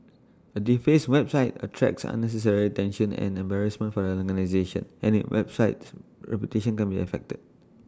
A defaced website attracts unnecessary attention and embarrassment for the organisation and IT websites reputation can be affected